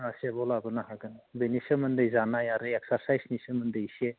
आह सेपआव लाबोनो हागोन बेनि सोमोन्दै जानाय आरो एक्सारसाइसनि सोमोन्दै एसे